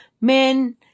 Men